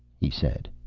he said.